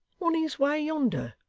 on his way yonder.